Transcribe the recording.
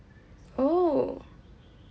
oh